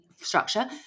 structure